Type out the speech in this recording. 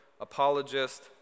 apologist